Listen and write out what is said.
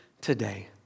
today